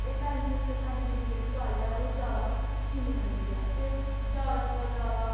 ते पैंच सरपैंच दी जेह्ड़ी गल्ल ऐ ओह् जैदा सुनी जंदी ऐ ते जैदा कोला जैदा